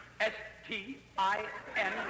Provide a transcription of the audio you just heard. S-T-I-N